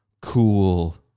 cool